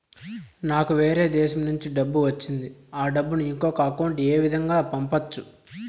నాకు వేరే దేశము నుంచి డబ్బు వచ్చింది ఆ డబ్బును ఇంకొక అకౌంట్ ఏ విధంగా గ పంపొచ్చా?